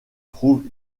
trouvent